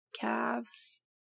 calves